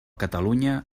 catalunya